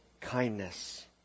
kindness